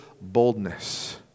boldness